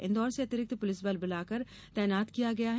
इन्दौर से अतिरिक्त पुलिस बल बुलाकर तैनात किया गया है